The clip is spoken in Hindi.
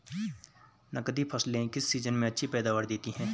नकदी फसलें किस सीजन में अच्छी पैदावार देतीं हैं?